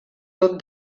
tot